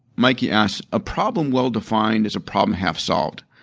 mikey asks, a problem well defined is a problem half solved.